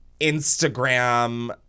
Instagram